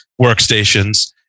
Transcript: workstations